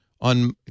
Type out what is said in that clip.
on